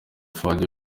fuadi